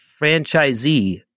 franchisee